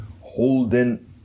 holding